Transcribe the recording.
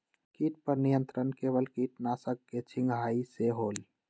किट पर नियंत्रण केवल किटनाशक के छिंगहाई से होल?